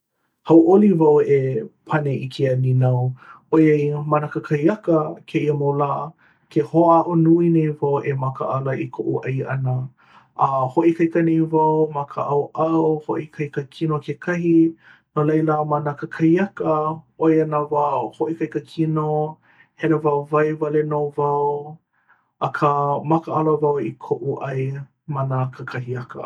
hauʻoli wau e pane i kēia nīnau ʻoiai, ma nā kakahiaka kēia mau lā, ke hoʻāʻo nui nei wau e makaʻala i koʻu ʻai ʻana a, hoʻoikaika nei wau ma ka ʻaoʻao hoʻoikaika kino kekahi no laila ma nā kakahiaka ʻoia nā wā hoʻoikaika kino hele wāwae wale nō wau akā makaʻala wau i koʻu ʻai ma nā kakahiaka.